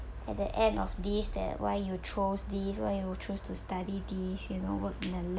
at the end of this that why you chose this where you choose to study these you know work in a la~